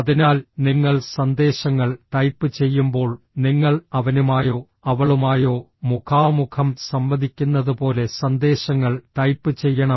അതിനാൽ നിങ്ങൾ സന്ദേശങ്ങൾ ടൈപ്പ് ചെയ്യുമ്പോൾ നിങ്ങൾ അവനുമായോ അവളുമായോ മുഖാമുഖം സംവദിക്കുന്നതുപോലെ സന്ദേശങ്ങൾ ടൈപ്പ് ചെയ്യണം